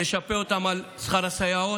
נשפה אותם על שכר הסייעות.